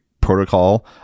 protocol